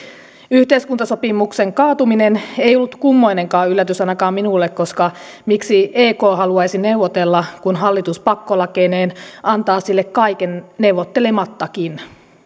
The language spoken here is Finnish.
yhteiskuntasopimuksen kaatuminen ei ollut kummoinenkaan yllätys ainakaan minulle koska miksi ek haluaisi neuvotella kun hallitus pakkolakeineen antaa sille kaiken neuvottelemattakin